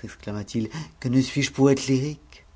sexclama t il que ne suis-je poète lyrique